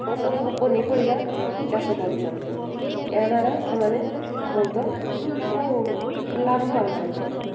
ଓ ସବୁ ପନିପରିବା ଚାଷ କରୁଛନ୍ତି ଏହାଦ୍ୱାରା ସେମାନେ ବହୁତ ଲାଭ ପାଉଛନ୍ତି